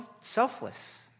selfless